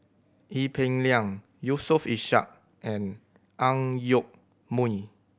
Ee Peng Liang Yusof Ishak and Ang Yoke Mooi